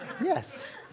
Yes